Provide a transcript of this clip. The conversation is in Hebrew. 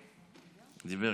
הוא קיצר,